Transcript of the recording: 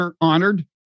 honored